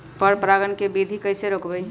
पर परागण केबिधी कईसे रोकब?